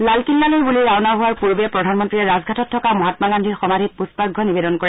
লালকিল্লালৈ বুলি ৰাওনা হোৱাৰ পূৰ্বে প্ৰধানমন্ত্ৰীয়ে ৰাজঘাটত থকা মহাম্মা গান্ধীৰ সমাধিত পুষ্পাৰ্য্য নিবেদন কৰে